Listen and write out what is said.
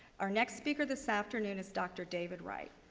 our next speaker this afternoon is dr. david wright.